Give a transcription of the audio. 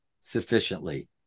sufficiently